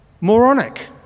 moronic